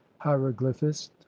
hieroglyphist